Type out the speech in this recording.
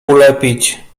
ulepić